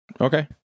Okay